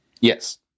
Yes